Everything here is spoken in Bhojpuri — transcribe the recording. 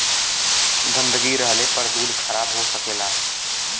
गन्दगी रहले पर दूध खराब हो सकेला